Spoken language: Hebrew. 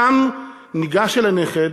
קם וניגש אל הנכד,